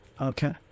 Okay